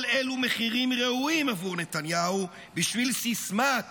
כל אלו מחירים ראויים עבור נתניהו בשביל סיסמת